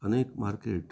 अनेक मार्केट